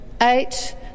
Eight